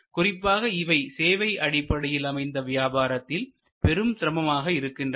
குறிப்பாக இவை சேவை அடிப்படையில் அமைந்த வியாபாரத்தில் பெரும் சிரமமாக இருக்கின்றன